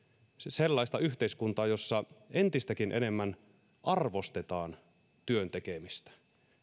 sellaista yhteiskuntaa jossa entistäkin enemmän arvostetaan työn tekemistä